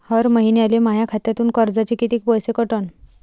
हर महिन्याले माह्या खात्यातून कर्जाचे कितीक पैसे कटन?